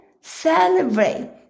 Celebrate